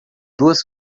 duas